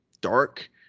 dark